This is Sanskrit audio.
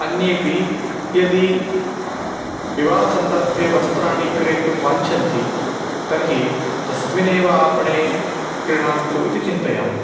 अन्येपि यदि विवाहसन्दर्भे वस्त्राणि क्रेतुं वाञ्छन्ति तर्हि तस्मिनेव आपणे क्रीणान्तु इति चिन्तयामि